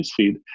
newsfeed